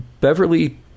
Beverly